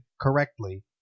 correctly